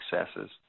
successes